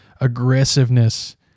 aggressiveness